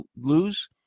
lose